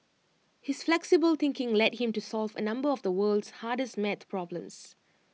his flexible thinking led him to solve A number of the world's hardest math problems